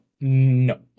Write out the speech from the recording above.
no